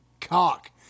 cock